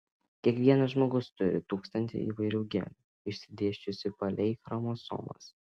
kiekvienas žmogus turi tūkstantį įvairių genų išsidėsčiusių palei chromosomas